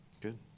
Good